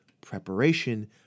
Preparation